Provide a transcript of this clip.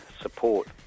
support